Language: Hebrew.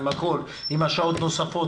עם שעות נוספות,